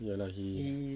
ya lah he